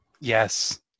Yes